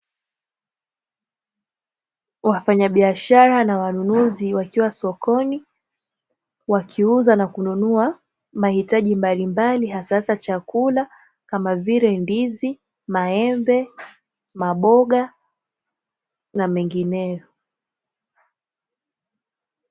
Wafanyabiashara na wanunuzi wakiwa sokoni, wakiuza na kununua mahitaji mbalimbali hasahasa chakula, kama vile ndizi, maembe, maboga na mengineyo.